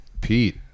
Pete